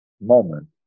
moment